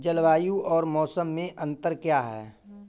जलवायु और मौसम में अंतर क्या है?